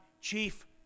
chief